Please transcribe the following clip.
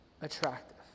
attractive